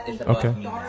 Okay